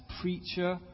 preacher